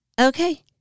Okay